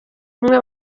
umwe